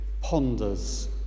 ponders